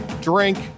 drink